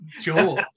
Joe